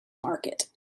market